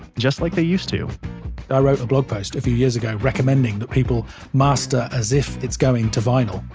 just like they used to i wrote a blog post a few years ago, recommending that people master as if it's going to vinyl,